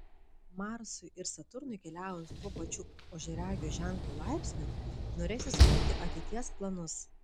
marsui ir saturnui keliaujant tuo pačiu ožiaragio ženklo laipsniu norėsis kurti ateities planus